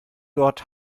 dort